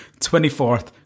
24th